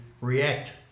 react